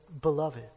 beloved